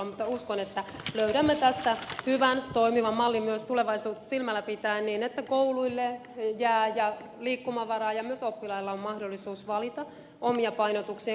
mutta uskon että löydämme tästä hyvän toimivan mallin myös tulevaisuutta silmällä pitäen niin että kouluille jää liikkumavaraa ja myös oppilailla on mahdollisuus valita omia painotuksiaan